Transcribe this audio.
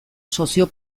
sozio